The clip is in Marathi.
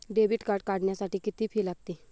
डेबिट कार्ड काढण्यासाठी किती फी लागते?